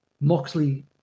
Moxley